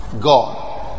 God